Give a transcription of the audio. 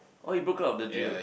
oh you broke out of the drill